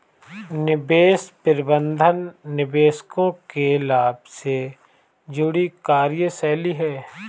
निवेश प्रबंधन निवेशकों के लाभ से जुड़ी कार्यशैली है